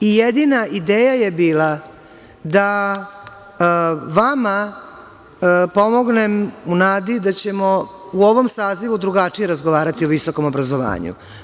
I jedina ideja je bila da vama pomognem, u nadi da ćemo u ovom sazivu drugačije razgovarati o visokom obrazovanju.